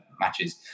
matches